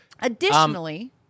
Additionally